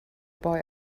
boy